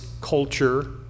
culture